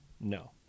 No